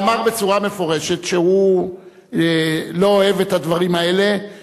עמד פה ואמר בצורה מפורשת שהוא לא אוהב את הדברים האלה,